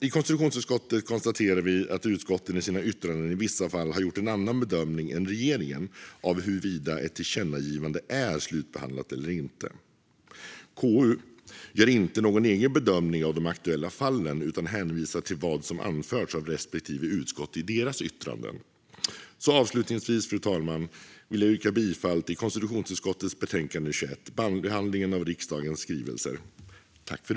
I konstitutionsutskottet konstaterar vi att utskotten i sina yttranden i vissa fall har gjort en annan bedömning än regeringen av huruvida ett tillkännagivande är slutbehandlat eller inte. KU gör inte någon egen bedömning av de aktuella fallen utan hänvisar till vad som anförts av respektive utskott i deras yttranden. Avslutningsvis, fru talman, vill jag yrka bifall till konstitutionsutskottets förslag i betänkande 21 Behandlingen av riksdagens skrivelser .